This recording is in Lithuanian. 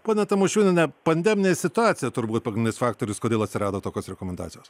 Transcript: ponia tamošiūniene pandeminė situacija turbūt pagrindinis faktorius kodėl atsirado tokios rekomendacijos